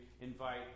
invite